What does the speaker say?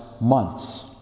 months